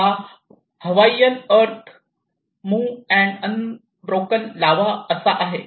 हा हवाईयन अर्थ smooth and unbroken lava असा आहे